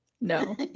no